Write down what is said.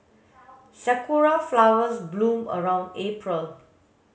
sakura flowers bloom around April